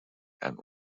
and